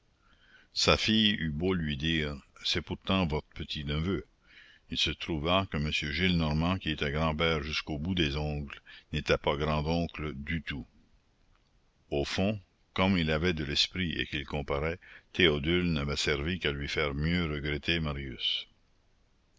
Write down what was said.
sa fille eut beau lui dire c'est pourtant votre petit-neveu il se trouva que m gillenormand qui était grand-père jusqu'au bout des ongles n'était pas grand-oncle du tout au fond comme il avait de l'esprit et qu'il comparait théodule n'avait servi qu'à lui faire mieux regretter marius